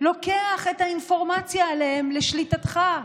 לוקח את האינפורמציה עליהם לשליטתך.